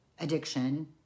addiction